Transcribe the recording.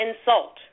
insult